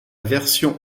version